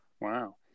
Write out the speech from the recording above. Wow